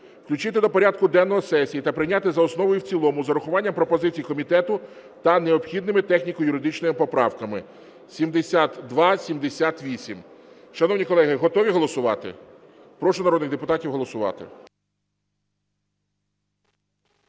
включити до порядку денного сесії та прийняти за основу і в цілому з урахуванням пропозицій комітету та необхідними техніко-юридичними поправками 7278. Шановні колеги, готові голосувати? Прошу народних депутатів голосувати.